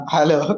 Hello